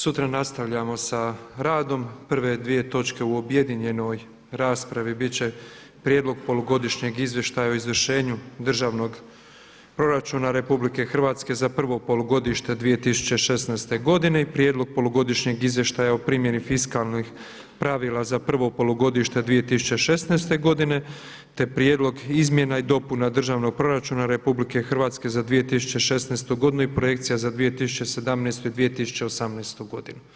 Sutra nastavljamo sa radom, prve dvije točke u objedinjenoj raspravi bit će prijedlog polugodišnje izvještaja o izvršenju državnog proračuna RH za prvo polugodište 2016. godine i prijedlog polugodišnjeg izvještaja fiskalnih pravila za prvo polugodište 2016. godine te prijedlog izmjena i dopuna državnog proračuna RH za 2016. godinu i projekcija za 2017. i 2018. godinu.